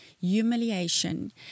humiliation